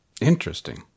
Interesting